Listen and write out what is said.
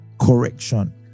correction